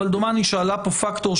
אבל דומני שעלה פה פקטור,